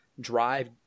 drive